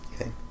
Okay